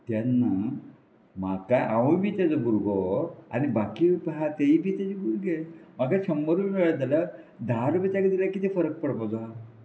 तेन्ना म्हाका हांवूय बी तेजो भुरगो आनी बाकी आहा तेय बी तेजे भुरगे म्हाका शंबर रुपया मेळत जाल्यार धा रुपया ताका दिल्यार कितें फरक पडपाक जाय